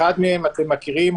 אחד מהם אתם מכירים,